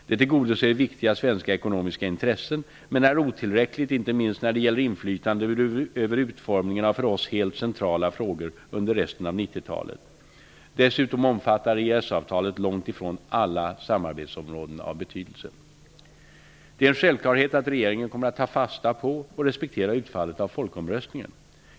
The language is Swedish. Det tillgodoser viktiga svenska ekonomiska intressen men är otillräckligt inte minst när det gäller inflytande över utformningen av för oss helt centrala frågor under resten av 90 talet. Dessutom omfattar EES-avtalet långt ifrån alla samarbetsområden av betydelse. Det är en självklarhet att regeringen kommer att ta fasta på och respektera utfallet av folkomröstningen.